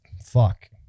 fuck